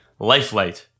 Lifelight